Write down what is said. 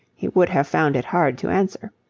he would have found it hard to answer,